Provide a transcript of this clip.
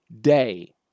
day